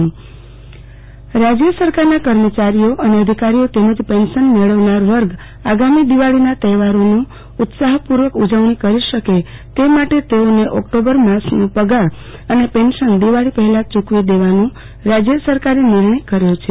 આરતીબેન ભદ્દ ઓક્ટોમ્બર પગાર રાજય સરકારના કર્મચારીઓ અધિકારીઓ તેમજ પેન્સન મેળવનાર વર્ગ આગામી દિવાળીના તહેવારોને ઉત્સાહપુર્વક ઉજવણી કરી શકે તે માટે તેઓને ઓક્ટોમ્બર માસનો પગાર અન પેન્સન દિવાળી પહેલા ચુકવી દેવાનો રાજય સરકારે નિર્ણય કર્યો છે